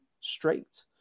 straight